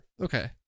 Okay